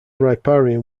riparian